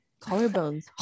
Collarbones